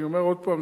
אני אומר עוד פעם,